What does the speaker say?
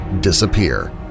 disappear